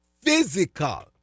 physical